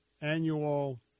annual